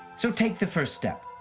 so take the first step.